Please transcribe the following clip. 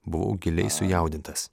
buvau giliai sujaudintas